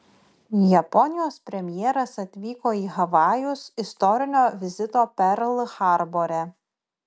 japonijos premjeras atvyko į havajus istorinio vizito perl harbore